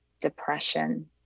depression